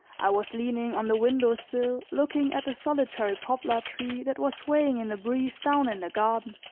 i was leaning on the window-sill, looking at a solitary poplar-tree that was swaying in the breeze down in the garden.